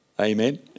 Amen